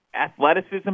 athleticism